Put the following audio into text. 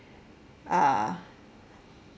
uh